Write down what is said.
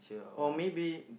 or maybe